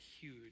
huge